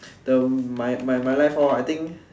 the my my my life lor I think